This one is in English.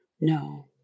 No